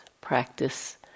practice